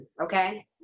okay